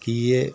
की जे